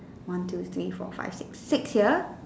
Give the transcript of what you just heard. one two three four five six six here